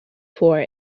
for